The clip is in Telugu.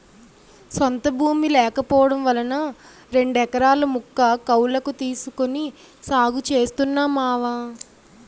సొంత భూమి లేకపోవడం వలన రెండెకరాల ముక్క కౌలకు తీసుకొని సాగు చేస్తున్నా మావా